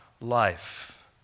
life